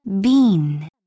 Bean